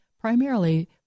primarily